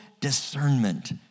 discernment